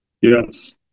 Yes